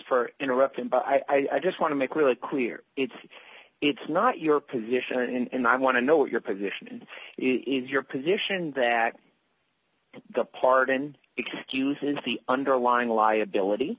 for interrupting but i just want to make really clear it's it's not your position and i want to know what your position is your position that the pardon excuses the underlying liability